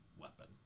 weapon